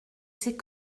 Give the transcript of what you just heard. c’est